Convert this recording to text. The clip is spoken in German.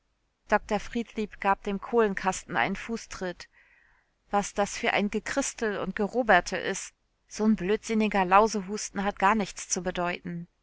dr friedlieb gab dem kohlenkasten einen fußtritt was das für ein gechristel und geroberte is so'n blödsinniger lausehusten hat gar nichts zu bedeuten